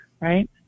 right